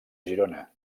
girona